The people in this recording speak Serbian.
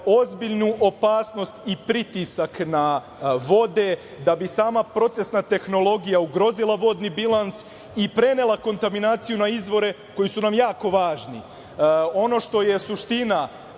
ozbiljnu opasnost i pritisak na vode, da bi sama procesna tehnologija ugrozila vodni bilans i prenela kontaminaciju na izvore koji su nam jako važni. Ono što je suština,